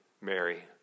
Mary